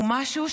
הוא משהו,